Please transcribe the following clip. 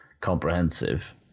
comprehensive